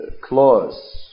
clause